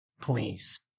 Please